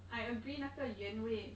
I agree 那个原味